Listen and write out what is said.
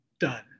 done